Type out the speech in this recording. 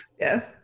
Yes